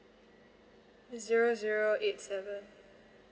zero zero eight seven